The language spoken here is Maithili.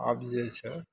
आब जे छै